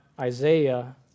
Isaiah